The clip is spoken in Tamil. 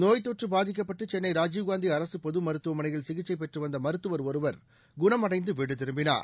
நோய்த்தொற்று பாதிக்கப்பட்டு சென்னை ராஜீவ்காந்தி அரசு பொது மருத்துவமனையில் சிகிச்சை பெற்று வந்த மருத்துவர் ஒருவர் குணமடைந்து வீடு திரும்பினர்